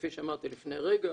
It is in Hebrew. כפי שאמרתי לפני רגע,